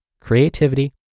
creativity